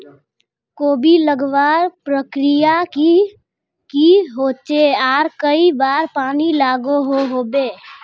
कोबी लगवार प्रक्रिया की की होचे आर कई बार पानी लागोहो होबे?